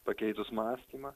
pakeitus mąstymą